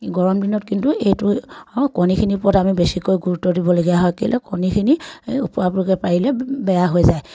গৰম দিনত কিন্তু এইটো কণীখিনিৰ ওপৰত আমি বেছিকৈ গুৰুত্ব দিবলগীয়া হয় কেলৈ কণীখিনি ওপৰা ওপৰিকৈ পাৰিলে বেয়া হৈ যায়